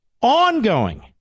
ongoing